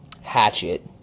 Hatchet